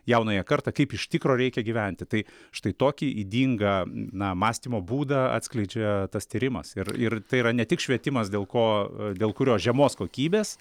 jaunąją kartą kaip iš tikro reikia gyventi tai štai tokį ydingą na mąstymo būdą atskleidžia tas tyrimas ir ir tai yra ne tik švietimas dėl ko dėl kurio žemos kokybės